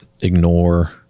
ignore